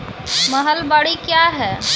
महलबाडी क्या हैं?